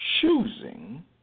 choosing